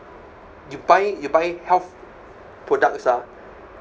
you buy you buy health products ah